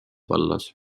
vallas